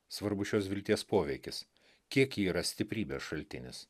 svarbus šios vilties poveikis kiek ji yra stiprybės šaltinis